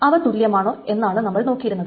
അവ തുല്യമാണോ എന്നാണ് നമ്മൾ നോക്കിയിരുന്നത്